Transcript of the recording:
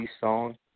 Song